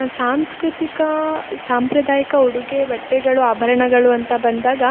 ಸಾಂಸ್ಕೃತಿಕ ಸಾಂಪ್ರದಾಯಿಕ ಉಡುಗೆ ಬಟ್ಟೆಗಳು ಆಭರ್ಣಗಳು ಅಂತ ಬಂದಾಗ